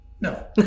no